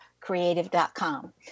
creative.com